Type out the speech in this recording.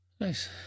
Nice